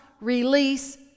release